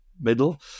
middle